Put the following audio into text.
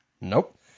Nope